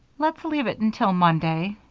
let's leave it until monday,